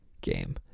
game